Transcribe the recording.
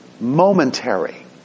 momentary